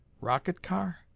Rocket-car